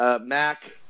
Mac